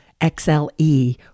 XLE